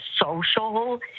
social